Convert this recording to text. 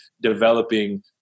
developing